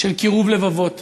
של קירוב לבבות,